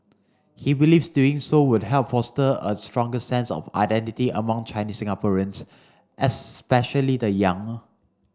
he believes doing so would help foster a stronger sense of identity among Chinese Singaporeans especially the young